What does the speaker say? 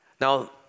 Now